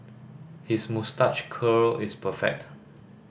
his moustache curl is perfect